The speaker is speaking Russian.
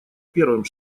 первым